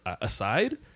Aside